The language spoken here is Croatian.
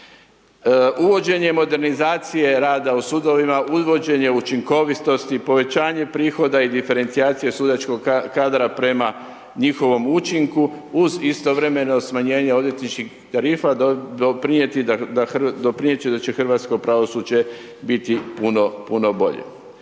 Uvođenjem modernizacije rada u sudovima, uvođenje učinkovitosti, povećanje prihoda i diferencijacije sudačkog kadra prema njihovom učinku, uz istovremeno smanjenje odvjetničkih tarifa, doprinijeti će da će hrvatsko pravosuđe biti puno bolje.